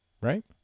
right